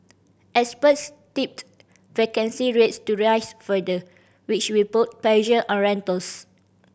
experts tipped vacancy rates to rise further which will put pressure on rentals